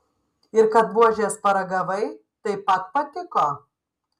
ir kad buožės paragavai taip pat patiko